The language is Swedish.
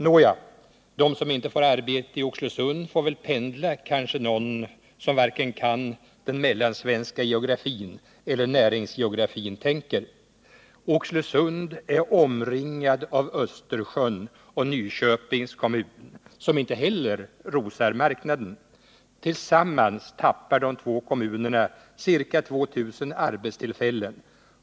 Nåja, de som inte får arbete i Oxelösund får väl pendla, kanske någon som varken kan den mellansvenska geografin eller dess näringsgeografi tänker. Oxelösund är omringat av Östersjön och Nyköpings kommun, som inte heller rosar marknaden. Tillsammans tappar de två kommunerna ca 2 000 arbetstillfällen.